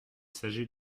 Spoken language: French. s’agit